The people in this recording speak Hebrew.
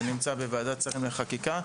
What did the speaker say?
זה נמצא בוועדת שרים לחקיקה.